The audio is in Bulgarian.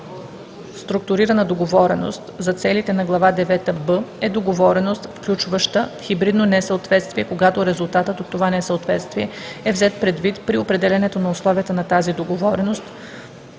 „Структурирана договореност“ за целите на глава девета „б“ е договореност, включваща хибридно несъответствие, когато резултатът от това несъответствие е взет предвид при определянето на условията на тази договореност